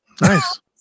Nice